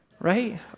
right